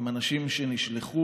הם אנשים שנשלחו,